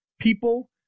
people